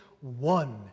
one